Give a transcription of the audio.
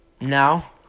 Now